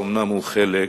אומנם הוא חלק